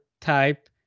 type